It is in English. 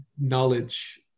knowledge